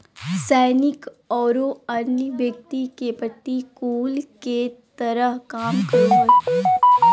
सैनिक औरो अन्य व्यक्ति के प्रतिकूल के तरह काम करो हइ